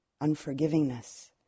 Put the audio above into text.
unforgivingness